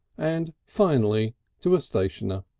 and finally to a stationer